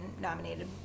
nominated